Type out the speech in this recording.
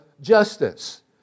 justice